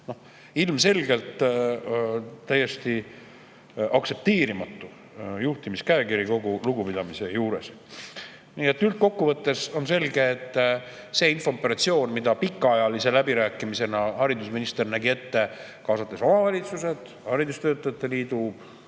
Ilmselgelt täiesti aktsepteerimatu juhtimiskäekiri kogu lugupidamise juures. Nii et üldkokkuvõttes on selge, et see infooperatsioon, mida pikaajalise läbirääkimisena haridusminister nägi ette, kaasates omavalitsused, haridustöötajate liidu,